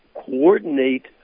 coordinate